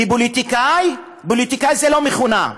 כי פוליטיקאי, פוליטיקאי זה לא מכונה,